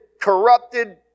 corrupted